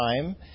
time